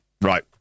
right